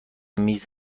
میز